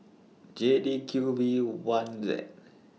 J D Q V one Z